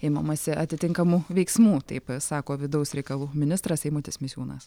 imamasi atitinkamų veiksmų taip sako vidaus reikalų ministras eimutis misiūnas